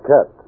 Cat